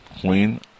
Queen